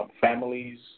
families